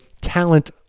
talent